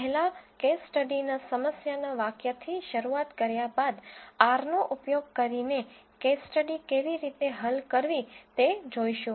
પહેલા કેસ સ્ટડીના સમસ્યાના વાક્યથી શરૂઆત કર્યા બાદ R નો ઉપયોગ કરીને કેસ સ્ટડી કેવી રીતે હલ કરવી તે જોઈશું